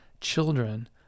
children